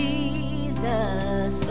Jesus